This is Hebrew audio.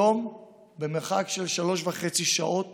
היום במרחק של 3.5 שעות